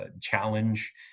challenge